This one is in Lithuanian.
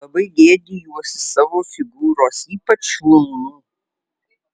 labai gėdijuosi savo figūros ypač šlaunų